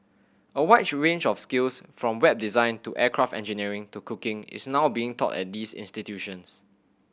a wide range of skills from Web design to aircraft engineering to cooking is now being taught at these institutions